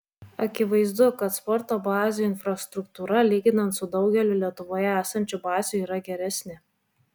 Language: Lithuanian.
akivaizdu kad sporto bazių infrastruktūra lyginant su daugeliu lietuvoje esančių bazių yra geresnė